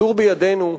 הכדור בידינו,